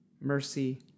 mercy